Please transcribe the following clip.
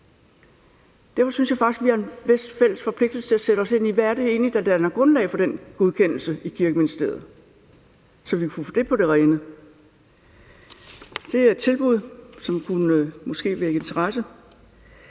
Derfor synes jeg faktisk, vi har en vis fælles forpligtelse til at sætte os ind i, hvad der egentlig danner grundlag for den godkendelse i Kirkeministeriet, så vi kan få det på det rene. Det er et tilbud, som måske kunne vække interesse.